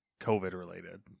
COVID-related